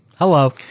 Hello